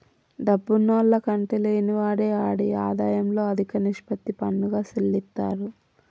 డబ్బున్నాల్ల కంటే లేనివాడే ఆడి ఆదాయంలో అదిక నిష్పత్తి పన్నుగా సెల్లిత్తారు